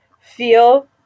feel